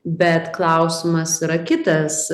bet klausimas yra kitas